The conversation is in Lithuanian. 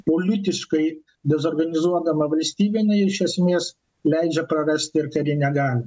politiškai dezorganizuodama valstybė jinai iš esmės leidžia prarasti ir karinę galią